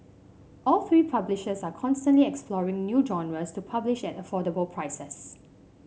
all three publishers are constantly exploring new genres to publish at affordable prices